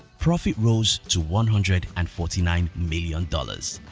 profits rose to one hundred and forty nine million dollars.